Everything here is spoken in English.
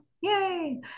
Yay